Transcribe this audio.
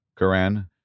Quran